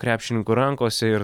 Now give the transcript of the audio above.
krepšininkų rankose ir